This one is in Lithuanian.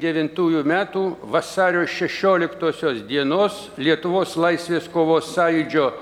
devintųjų metų vasario šešioliktosios dienos lietuvos laisvės kovos sąjūdžio